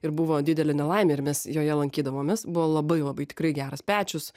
ir buvo didelė nelaimė ir mes joje lankydavomės buvo labai labai tikrai geras pečius